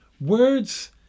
words